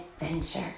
adventure